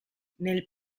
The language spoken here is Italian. nel